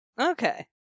Okay